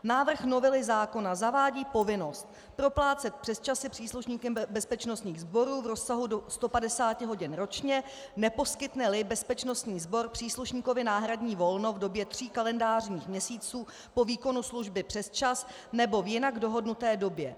Návrh novely zákona zavádí povinnost proplácet přesčasy příslušníkům bezpečnostních sborů v rozsahu do 150 hodin ročně, neposkytneli bezpečnostní sbor příslušníkovi náhradní volno v době tří kalendářních měsíců po výkonu služby přesčas nebo v jinak dohodnuté době.